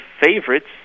favorites